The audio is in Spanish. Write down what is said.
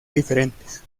diferentes